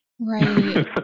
Right